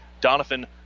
Donovan